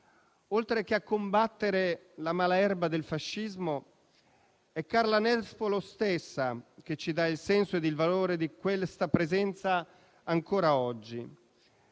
Oltre che a combattere la malerba del fascismo, è Carla Nespolo stessa che ci dà il senso ed il valore di questa presenza ancora oggi.